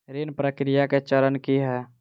ऋण प्रक्रिया केँ चरण की है?